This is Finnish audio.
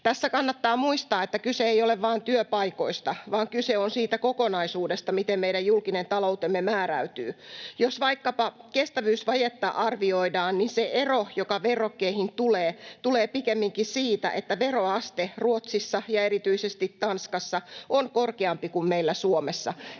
Tässä kannattaa muistaa, että kyse ei ole vain työpaikoista, vaan kyse on siitä kokonaisuudesta, miten meidän julkinen taloutemme määräytyy. Jos vaikkapa kestävyysvajetta arvioidaan, niin se ero, joka verrokkeihin tulee, tulee pikemminkin siitä, että veroaste Ruotsissa ja erityisesti Tanskassa on korkeampi kuin meillä Suomessa